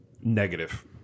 negative